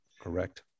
Correct